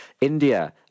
India